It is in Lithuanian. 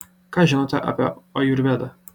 ką žinote apie ajurvedą